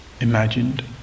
imagined